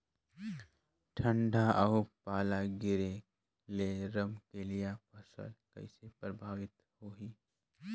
ठंडा अउ पाला गिरे ले रमकलिया फसल कइसे प्रभावित होही?